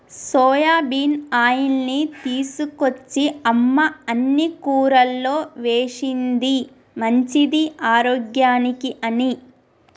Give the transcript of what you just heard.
soybean ఆయిల్ని తీసుకొచ్చి అమ్మ అన్ని కూరల్లో వేశింది మంచిది ఆరోగ్యానికి అని